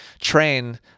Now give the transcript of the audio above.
train